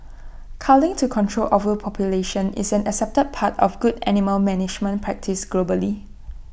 culling to control overpopulation is an accepted part of good animal management practice globally